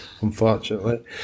unfortunately